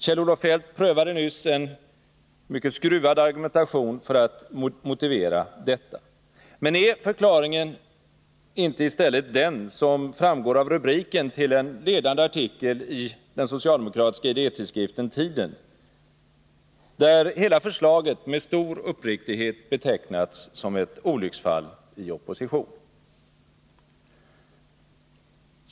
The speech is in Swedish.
Kjell-Olof Feldt prövade nyss en mycket skruvad argumentation för att motivera detta. Men är förklaringen inte i stället den som framgår av rubriken till en ledande artikel i den socialdemokratiska idétidskriften Tiden? Där har hela förslaget med stor uppriktighet betecknats som ett olycksfall i opposition.